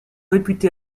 réputé